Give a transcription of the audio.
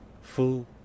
full